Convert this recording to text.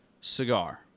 Cigar